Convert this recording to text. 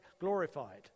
glorified